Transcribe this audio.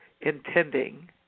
intending